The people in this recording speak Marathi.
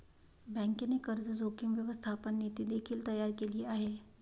बँकेने कर्ज जोखीम व्यवस्थापन नीती देखील तयार केले आहे